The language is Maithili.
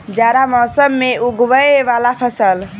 जाड़ा मौसम मे उगवय वला फसल?